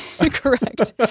correct